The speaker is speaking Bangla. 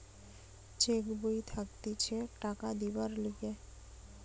চেক বই থাকতিছে টাকা দিবার লিগে